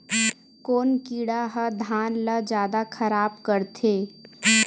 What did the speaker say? कोन कीड़ा ह धान ल जादा खराब करथे?